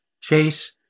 chase